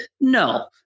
no